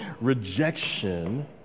rejection